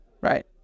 Right